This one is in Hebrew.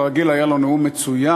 כרגיל היה לו נאום מצוין,